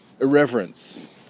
Irreverence